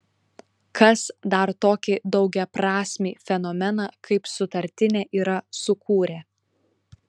kas dar tokį daugiaprasmį fenomeną kaip sutartinė yra sukūrę